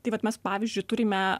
tai vat mes pavyzdžiui turime